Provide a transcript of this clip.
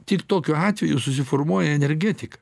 tik tokiu atveju susiformuoja energetika